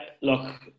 Look